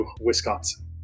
Wisconsin